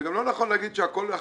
זה גם לא נכון לומר שהכול אחיד.